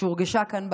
שהורגשה כאן,